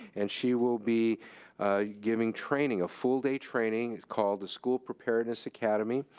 and she will be giving training, a full day training, it's called the school preparedness academy.